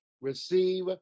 receive